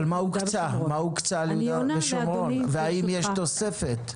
אבל מה הוקצה ליהודה ושומרון והאם יש תוספת?